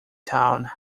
town